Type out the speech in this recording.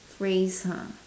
phrase ha